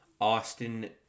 Austin